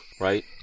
right